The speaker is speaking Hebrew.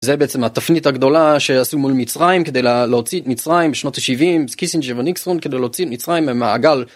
זה בעצם התפנית הגדולה שעשו מול מצרים כדי להוציא את מצרים שנות ה-70 קיסינג'ר וניקסון כדי להוציא את מצרים ממעגל.